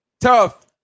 tough